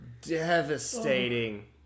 devastating